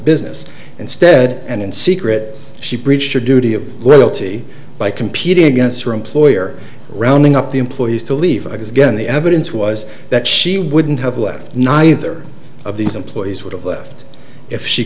business instead and in secret she breached her duty of loyalty by competing against her employer rounding up the employees to leave again the evidence was that she wouldn't have left neither of these employees would have left if she